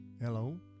Hello